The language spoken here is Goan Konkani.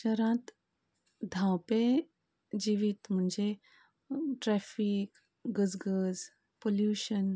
शारांत धावपें जिवीत म्हणजे ट्रेफीक गजगज पोल्युशन